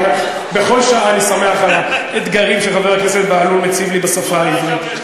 בכל שעה אני שמח על האתגרים שחבר הכנסת בהלול מציב לי בשפה העברית.